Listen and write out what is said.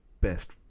best